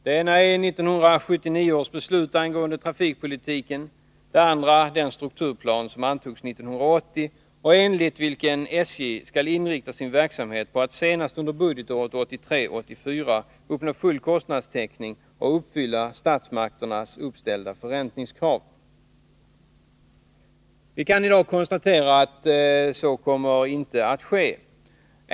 Det ena är 1979 års beslut angående trafikpolitiken, det andra är den strukturplan som antogs 1980 och enligt vilken SJ skall inrikta sin verksamhet på att senast under budgetåret 1983/84 uppnå full kostnadstäckning och uppfylla statsmakternas uppställda förräntningskrav. Vi kan i dag konstatera att så inte kommer att ske.